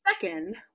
Second